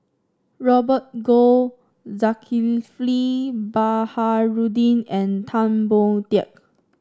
Robert Goh Zulkifli Baharudin and Tan Boon Teik